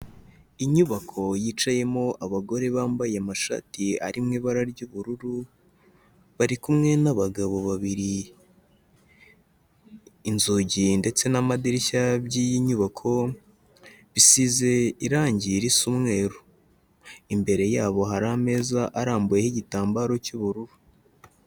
Inyubako yicayemo abagore bambaye amashati ari mu ibara ry'ubururu, bari kumwe n'abagabo babiri, inzugi ndetse n'amadirishya by'iyi nyubako bize irangi risa umweru, imbere yabo hari ameza arambuyeho igitambaro cy'ubururu.